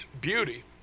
beauty